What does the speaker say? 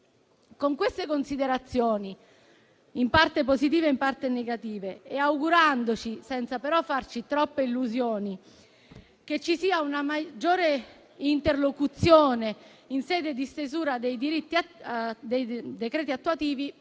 Con queste considerazioni in parte positive e in parte e negative e augurandoci, senza però farci troppe illusioni, che ci sia una maggiore interlocuzione in sede di stesura dei decreti attuativi,